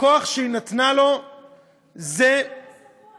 הכוח שהיא נתנה לו הוא, בתו של כלבא שבוע,